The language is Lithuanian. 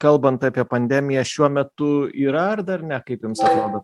kalbant apie pandemiją šiuo metu yra ar dar ne kaip jums atrodo